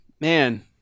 Man